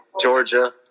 Georgia